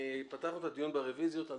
פתחנו את הדיון לגבי הרביזיות.